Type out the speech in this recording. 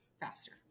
faster